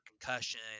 concussion